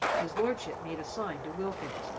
his lordship made a sign to wilkins,